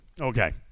Okay